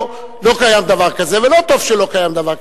או: לא קיים דבר כזה, ולא טוב שלא קיים דבר כזה.